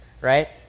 right